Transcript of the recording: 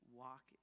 walk